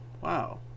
Wow